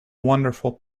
wonderful